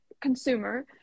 consumer